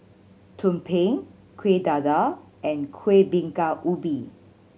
tumpeng Kueh Dadar and Kueh Bingka Ubi